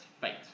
fate